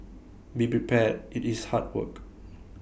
be prepared IT is hard work